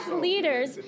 leaders